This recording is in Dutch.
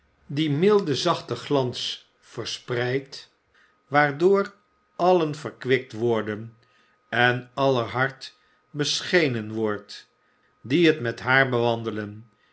dien milden zachten glans verspreidt waardoor allen verkwikt worden en aller hart beschenen wordt die het met haar bewandelen